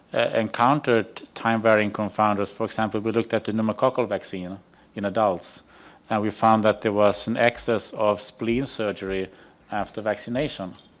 encountered time varying confounders for example we looked at the pneumococcal vaccine in adults and we found that there there was an excess of spleen surgery after vaccination.